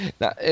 now